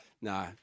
No